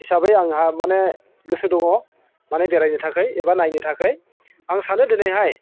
हिसाबै आंहा माने गोसो दङ माने बेरायनो थाखाय एबा नायनो थाखाय आं सानो दिनैहाय